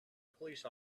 police